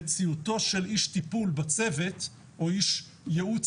מציאותו של איש טיפול בצוות או איש ייעוץ